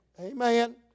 Amen